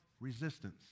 resistance